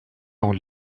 dans